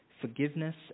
forgiveness